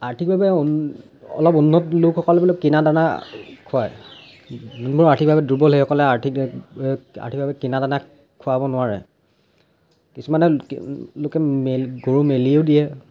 আৰ্থিকভাৱে উন অলপ উন্নত লোকসকল কিনা দানা খোৱায় যোনবোৰ আৰ্থিকভাৱে দুৰ্বল সেইসকলে আৰ্থিক আৰ্থিকভাৱে কিনা দানা খুৱাব নোৱাৰে কিছুমানে লোকে গৰু মেলিও দিয়ে